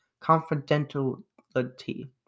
confidentiality